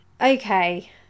Okay